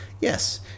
Yes